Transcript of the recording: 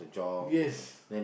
yes